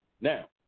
Now